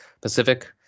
Pacific